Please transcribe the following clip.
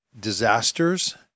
disasters